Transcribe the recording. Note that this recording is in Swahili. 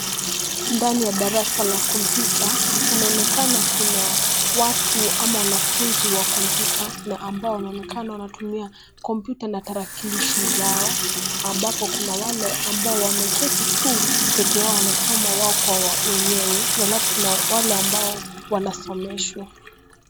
Ndani ya darasa la kompyuta, kunaonekana kuna watu au wanafunzi wa kompyuta na ambao wanaonekana wanatumia kompyuta na tarakilishi zao ambapo kuna wale ambao wameketi tu peke yao wanasoma wao kwa wenyewe alafu kuna wale ambao wanasomeshwa.